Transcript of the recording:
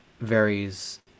varies